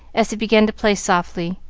as he began to play softly,